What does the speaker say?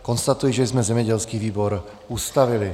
Konstatuji, že jsme zemědělský výbor ustavili.